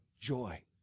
joy